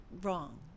wrong